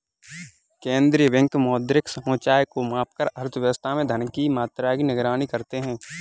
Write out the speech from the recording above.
केंद्रीय बैंक मौद्रिक समुच्चय को मापकर अर्थव्यवस्था में धन की मात्रा की निगरानी करते हैं